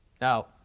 Now